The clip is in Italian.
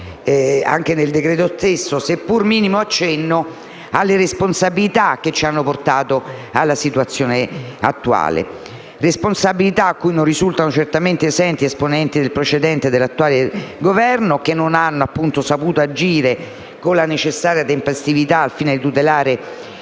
manca assolutamente un seppur minimo accenno alle responsabilità che ci hanno portato alla situazione attuale; responsabilità da cui non risultano certamente esenti esponenti del precedente e dell'attuale Governo, che non hanno saputo agire con la necessaria tempestività al fine di tutelare